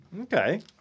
Okay